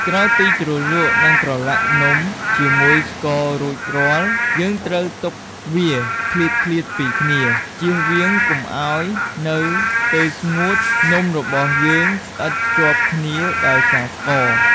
ក្រោយពីជ្រលក់ ឬប្រឡាក់នំជាមួយស្កររួចរាល់ យើងត្រូវទុកវាឃ្លាតៗពីគ្នា ជៀសវាងកុំឱ្យនៅពេលស្ងួត នំរបស់យើងស្អិតជាប់គ្នាដោយសារស្ករ។